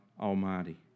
Almighty